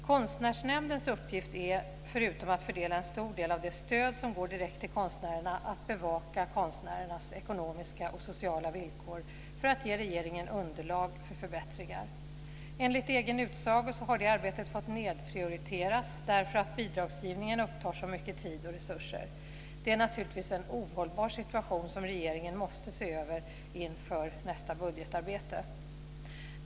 Konstnärsnämndens uppgift är, förutom att fördela en stor del av det stöd som går direkt till konstnärerna, att bevaka konstnärernas ekonomiska och sociala villkor för att ge regeringen underlag för förbättringar. Enligt egen utsago har det arbetet fått nedprioriteras därför att bidragsgivningen upptar så mycket tid och resurser. Det är naturligtvis en ohållbar situation som regeringen måste se över inför nästa budgetarbete.